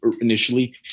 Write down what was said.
initially